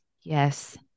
Yes